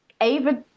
Ava